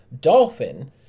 dolphin